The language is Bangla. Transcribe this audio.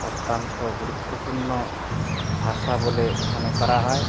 অত্যন্ত গুরুত্বপূর্ণ ভাষা বলে মনে করা হয়